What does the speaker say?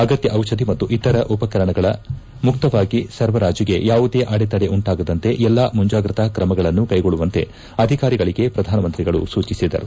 ಅಗತ್ಯ ದಿಷಧಿ ಮತ್ತು ಇತರ ಉಪಕರಣಗಳ ಮುಕ್ತವಾಗಿ ಸರಬರಾಜಿಗೆ ಯಾವುದೇ ಅಡೆತಡೆ ಉಂಟಾಗದಂತೆ ಎಲ್ಲಾ ಮುಂಜಾಗ್ರತಾ ಕ್ರಮಗಳನ್ನು ಕೈಗೊಳ್ಳುವಂತೆ ಅಧಿಕಾರಿಗಳಿಗೆ ಪ್ರಧಾನಮಂತ್ರಿಗಳು ಸೂಚಿಸಿದರು